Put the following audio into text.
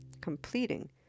completing